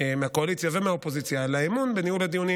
מהקואליציה ומהאופוזיציה על האמון בניהול הדיונים